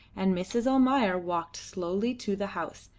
and mrs. almayer walked slowly to the house,